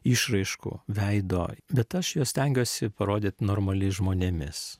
išraiškų veido bet aš juos stengiuosi parodyt normaliais žmonėmis